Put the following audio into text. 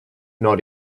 not